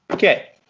Okay